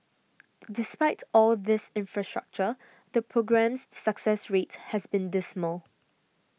despite all this infrastructure the programme's success rate has been dismal